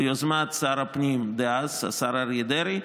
ביוזמת שר הפנים דאז השר אריה דרעי,